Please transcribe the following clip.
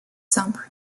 simple